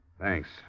Thanks